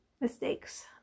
mistakes